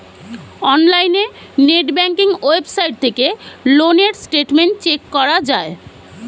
অনলাইনে net banking website থেকে loan এর স্টেটমেন্ট চেক করা যায়